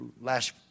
last